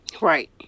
Right